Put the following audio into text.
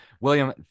William